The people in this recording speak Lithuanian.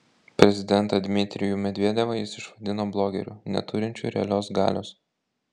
prezidentą dmitrijų medvedevą jis išvadino blogeriu neturinčiu realios galios